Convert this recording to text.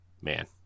man